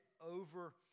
over